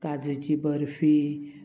काजूची बर्फी